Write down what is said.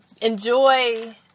enjoy